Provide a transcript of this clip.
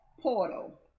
portal